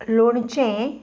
लोणचें